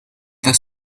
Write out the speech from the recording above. the